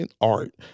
art